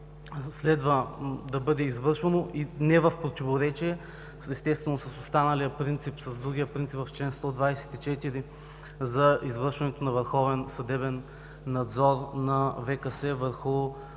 следва да бъде извършвано и не в противоречие, естествено, с останалия принцип с другия принцип в чл. 124, за извършването на върховен